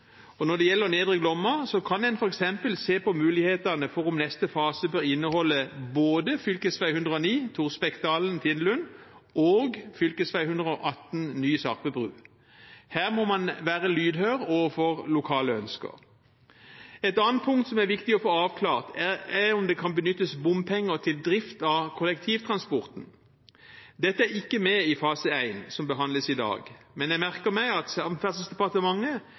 og når det gjelder Nedre Glomma, kan en f.eks. se på mulighetene for om neste fase bør inneholde både fv. 109 Torsbekkdalen–Tindlund og ny Sarpebru på fv. 118. Her må man være lydhør overfor lokale ønsker. Et annet punkt som er viktig å få avklart, er om det kan benyttes bompenger til drift av kollektivtransporten. Dette er ikke med i fase 1, som behandles i dag, men jeg merker meg at Samferdselsdepartementet